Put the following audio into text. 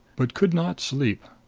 but could not sleep.